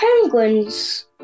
penguins